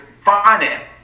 finance